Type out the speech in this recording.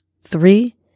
three